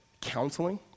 counseling